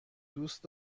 دوست